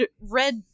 red